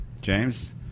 James